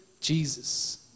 Jesus